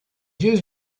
dias